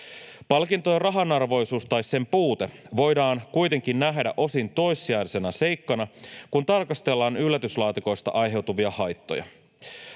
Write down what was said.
Palkintojen rahanarvoisuus tai sen puute voidaan kuitenkin nähdä osin toissijaisena seikkana, kun tarkastellaan yllätyslaatikoista aiheutuvia haittoja.